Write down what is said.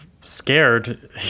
scared